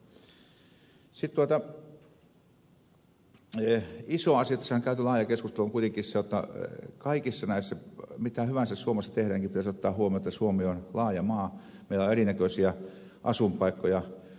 sitten iso asia tässähän on käyty laaja keskustelu on kuitenkin se jotta kaikissa näissä mitä hyvänsä suomessa tehdäänkin ei pelkästään tässä asiassa mutta tässä ennen kaikkea pitäisi ottaa huomioon että suomi on laaja maa ja meillä on erinäköisiä asuinpaikkoja